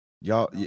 y'all